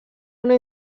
una